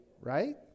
right